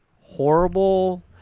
horrible